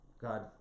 God